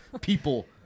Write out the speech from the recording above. people